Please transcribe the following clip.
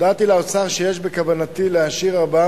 הודעתי לאוצר שיש בכוונתי להשאיר ארבעה